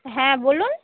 হ্যাঁ বলুন